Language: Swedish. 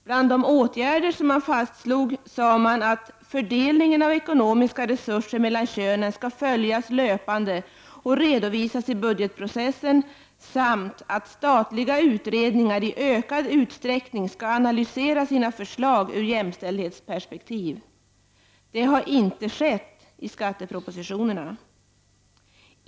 Bland de åtgärder som då fastslogs var att fördelningen av ekonomiska resurser mellan könen skulle följas löpande och redovisas i budgetprocessen samt att statliga utredningar i ökad utsträckning skulle analysera sina förslag ur jämställdhetsperspektiv. Det har inte skett i skattepropositionerna.